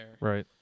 Right